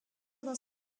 dans